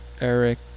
Eric